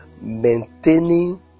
Maintaining